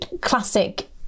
classic